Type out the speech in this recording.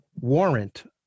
warrant